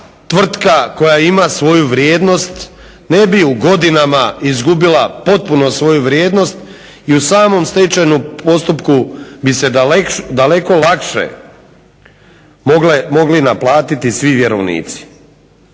tvrtka koja ima svoju vrijednost ne bi u godinama izgubila potpuno svoju vrijednost i u samom stečajnom postupku bi se daleko lakše mogli naplatiti svi vjerovnici.